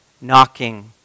knocking